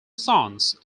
sons